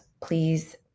Please